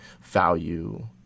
value